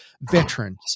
veterans